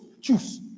Choose